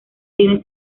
tiene